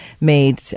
made